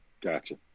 Gotcha